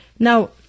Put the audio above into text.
Now